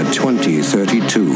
2032